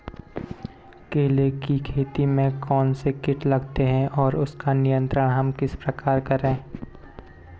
केले की खेती में कौन कौन से कीट लगते हैं और उसका नियंत्रण हम किस प्रकार करें?